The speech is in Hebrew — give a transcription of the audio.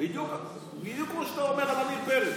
בדיוק כמו שאתה אומר על עמיר פרץ.